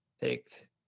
take